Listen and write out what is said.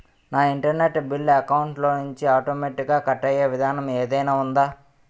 నా internet bill account లోంచి automatic గా కట్టే విధానం ఏదైనా ఉందా?